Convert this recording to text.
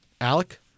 Alec